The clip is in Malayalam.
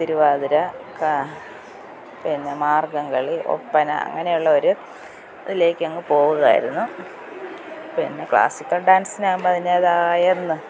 തിരുവാതിര പിന്നെ മാർഗ്ഗംകളി ഒപ്പന അങ്ങനെയുള്ളൊരു ഇതിലേക്കങ്ങു പോവുകായിരുന്നു പിന്നെ ക്ലാസിക്കൽ ഡാൻസിനാകുമ്പോള് അതിന്റേതായ